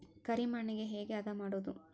ಕರಿ ಮಣ್ಣಗೆ ಹೇಗೆ ಹದಾ ಮಾಡುದು?